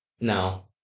No